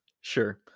sure